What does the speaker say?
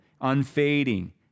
unfading